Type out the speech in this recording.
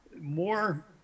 more